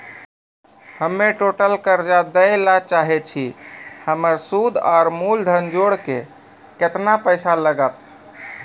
हम्मे कर्जा टोटल दे ला चाहे छी हमर सुद और मूलधन जोर के केतना पैसा लागत?